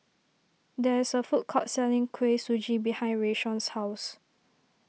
there is a food court selling Kuih Suji behind Rayshawn's house